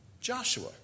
Joshua